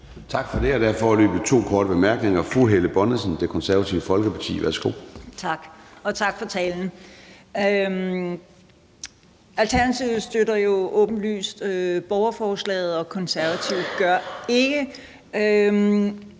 Tak for det. Der er foreløbig to korte bemærkninger. Fru Helle Bonnesen, Det Konservative Folkeparti. Værsgo. Kl. 00:55 Helle Bonnesen (KF): Tak, og tak for talen. Alternativet støtter jo åbenlyst borgerforslaget og Konservative gør ikke,